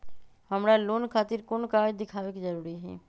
हमरा लोन खतिर कोन कागज दिखावे के जरूरी हई?